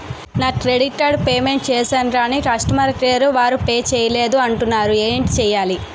నా credit card payment చేసాను కాని కస్టమర్ కేర్ వారు పే చేయలేదు అంటున్నారు ఏంటి చేయాలి?